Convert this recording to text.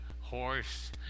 horse